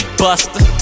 buster